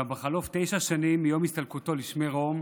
גם בחלוף תשע שנים מיום הסתלקותו לשמי רום,